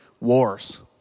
wars